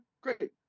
great